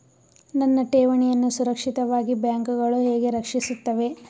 ನನ್ನ ಠೇವಣಿಯನ್ನು ಸುರಕ್ಷಿತವಾಗಿ ಬ್ಯಾಂಕುಗಳು ಹೇಗೆ ರಕ್ಷಿಸುತ್ತವೆ?